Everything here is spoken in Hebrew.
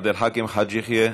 עבד אל חכים חאג' יחיא,